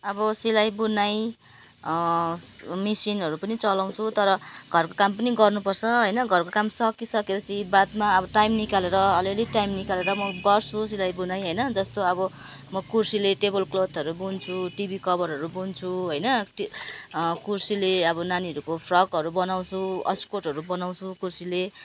अब सिलाइ बुनाइ मेसिनहरू पनि चलाउँछु तर घरको काम पनि गर्नु पर्छ होइन घरको काम सकिसके पछि बादमा अब टाइम निकालेर अलि अलि टाइम निकालेर म गर्छु सिलाइ बुनाइ होइन जस्तो अब म कुर्सीले टेबल क्लोथहरू बुन्छु टिभी कभरहरू बुन्छु होइन टि कुर्सीले अब नानीहरूको फ्रकहरू बनाउँछु अस्कोटहरू बनाउँछु कुर्सीले